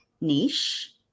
niche